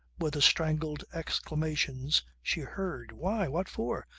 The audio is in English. were the strangled exclamations she heard. why? what for?